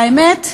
והאמת,